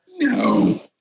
No